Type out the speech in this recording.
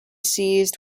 seized